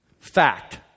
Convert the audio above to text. Fact